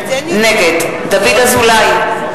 נגד דוד אזולאי,